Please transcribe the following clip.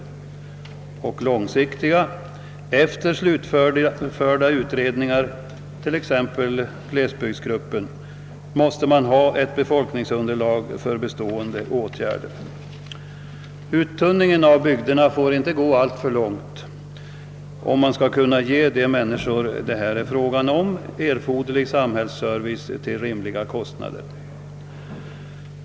För det andra gäller det långsiktiga åtgärder: efter slutförandet av utredningar — jag tänker exempelvis på glesbygdsgruppen — måste man ha ett befolkningsunderlag för bestående åtgärder. Uttunningen av bygderna får inte gå alltför långt, om man skall kunna ge de människor det här är fråga om erforderlig samhällsservice till rimliga kostnader.